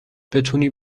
بتونی